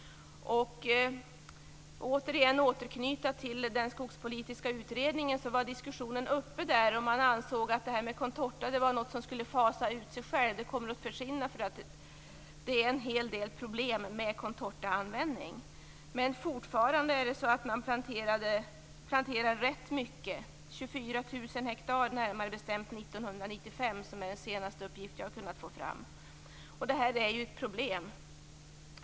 Återigen vill jag återknyta till den skogspolitiska utredningen som diskuterade frågan. Man ansåg att detta med contorta var något som skulle utfasa sig självt, att det skulle försvinna. Det är nämligen en hel del problem med contortaanvändning. Men fortfarande planteras rätt mycket contorta, närmare bestämt 24 000 hektar år 1995, som är den senaste uppgift som jag har kunnat få fram. Detta är ett problem.